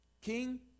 King